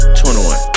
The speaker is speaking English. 21